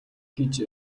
гэж